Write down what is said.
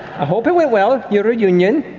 i hope it went well, your reunion.